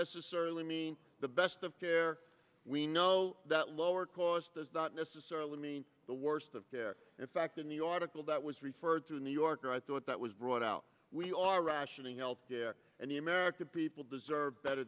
necessarily mean the best of care we know that lower cost does not necessarily mean the worst of care in fact in the article that was referred to in new york or i thought that was brought out we are rationing health care and the american people deserve better